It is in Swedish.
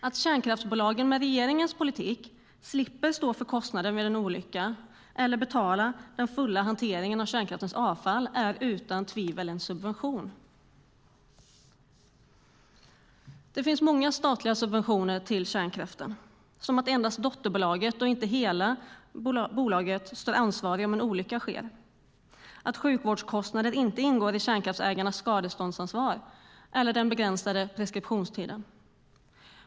Att kärnkraftsbolagen med regeringens politik slipper stå för kostnaden vid en olycka och slipper betala den fulla hanteringen av avfallet är utan tvekan subventioner. Det finns många statliga subventioner till kärnkraften, såsom att endast dotterbolaget och inte hela bolaget står ansvarigt om en olycka sker, att sjukvårdskostnader inte ingår i kärnkraftsägarnas skadeståndsansvar och att preskriptionstiden är begränsad.